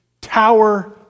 Tower